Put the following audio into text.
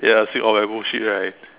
ya see all my bull shit right